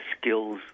skills